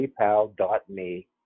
paypal.me